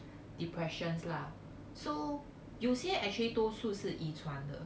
depressions lah so 有些 actually 多数是遗传的